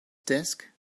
desk